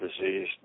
disease